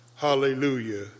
hallelujah